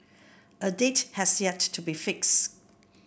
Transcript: a date has yet to be fixed